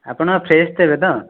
ଆପଣ ଫ୍ରେସ୍ ଦେବେ ତ